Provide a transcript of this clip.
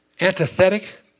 antithetic